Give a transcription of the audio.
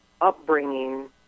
upbringing